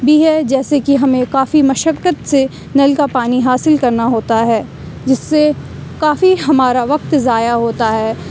بھی ہے جیسے کہ ہمیں کافی مشقت سے نل کا پانی حاصل کرنا ہوتا ہے جس سے كافی ہمارا وقت ضاٮٔع ہوتا ہے